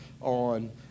on